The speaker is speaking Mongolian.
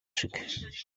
шиг